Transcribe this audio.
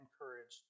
encouraged